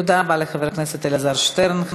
תודה רבה לחבר הכנסת אלעזר שטרן.